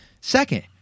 Second